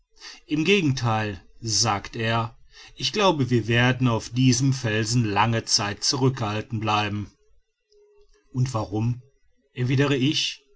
im gegentheil sagt er ich glaube wir werden auf diesem felsen lange zeit zurückgehalten bleiben und warum erwidere ich